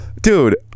Dude